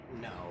No